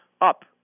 up